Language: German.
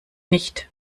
nicht